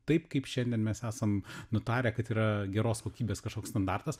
taip kaip šiandien mes esam nutarę kad yra geros kokybės kažkoks standartas